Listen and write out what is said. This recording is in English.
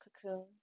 cocoon